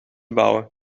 bouwen